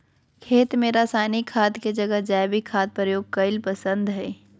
खेत में रासायनिक खाद के जगह जैविक खाद प्रयोग कईल पसंद हई